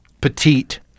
petite